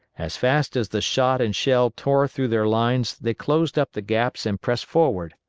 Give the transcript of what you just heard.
as fast as the shot and shell tore through their lines they closed up the gaps and pressed forward.